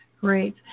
Great